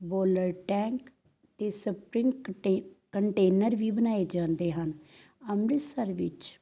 bullet tank ਅਤੇ spring ਕੰਟੇ container ਵੀ ਬਣਾਏ ਜਾਂਦੇ ਹਨ ਅੰਮ੍ਰਿਤਸਰ ਵਿੱਚ